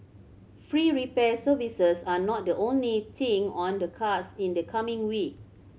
free repair services are not the only thing on the cards in the coming week